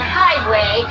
highway